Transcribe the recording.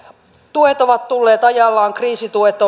tuet ovat tulleet ajallaan kriisituet